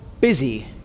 busy